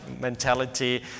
mentality